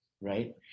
right